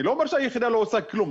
אני לא אומר שהיחידה לא עושה כלום,